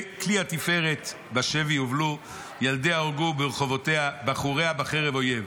כל תפארת בשבי הובלו ילדיה הורגו ברחובותיה בחוריה בחרב אויב.